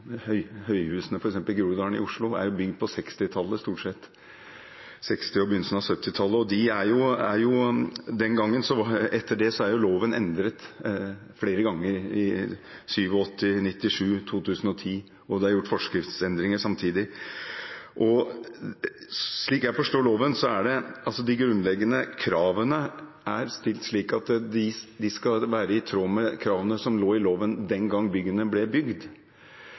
er stort sett bygd på 1960- og begynnelsen av 1970-tallet. Etter det er loven endret flere ganger – i 1987, i 1997 og i 2010 – og det er gjort forskriftsendringer samtidig. Slik jeg forstår loven, er de grunnleggende kravene stilt slik at de skal være i tråd med kravene som lå i loven den gang byggene ble bygd.